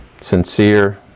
sincere